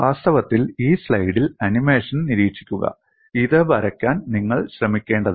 വാസ്തവത്തിൽ ഈ സ്ലൈഡിൽ ആനിമേഷൻ നിരീക്ഷിക്കുക ഇത് വരയ്ക്കാൻ നിങ്ങൾ ശ്രമിക്കേണ്ടതില്ല